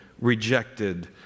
rejected